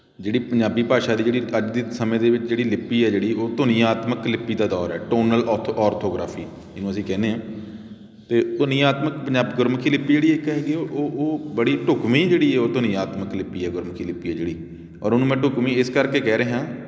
ਜਿਹੜੀ ਪੰਜਾਬੀ ਭਾਸ਼ਾ ਦੀ ਜਿਹੜੀ ਅੱਜ ਦੇ ਸਮੇਂ ਦੇ ਵਿੱਚ ਜਿਹੜੀ ਲਿਪੀ ਹੈ ਜਿਹੜੀ ਉਹ ਧੁਨੀਆਤਮਕ ਲਿਪੀ ਦਾ ਦੌਰ ਹੈ ਟੋਨਲ ਔਰਥ ਔਰਥੋਗ੍ਰਾਫੀ ਇਹਨੂੰ ਅਸੀਂ ਕਹਿੰਦੇ ਹਾਂ ਅਤੇ ਧੁਨੀਆਤਮਕ ਪੰਜਾਬੀ ਗੁਰਮੁਖੀ ਲਿਪੀ ਜਿਹੜੀ ਇੱਕ ਹੈਗੀ ਆ ਉਹ ਉਹ ਉਹ ਬੜੀ ਢੁਕਵੀਂ ਜਿਹੜੀ ਉਹ ਧੁਨੀਆਤਮਕ ਲਿਪੀ ਹੈ ਗੁਰਮੁਖੀ ਲਿਪੀ ਆ ਜਿਹੜੀ ਔਰ ਉਹਨੂੰ ਮੈਂ ਢੁਕਵੀਂ ਇਸ ਕਰਕੇ ਕਹਿ ਰਿਹਾ